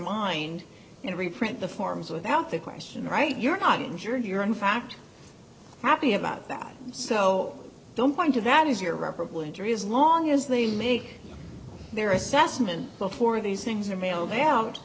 mind and reprint the forms without the question right you're not injured you're in fact happy about that so don't point to that is your reparable injury as long as they make their assessment before these things are mailed out